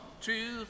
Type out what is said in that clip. two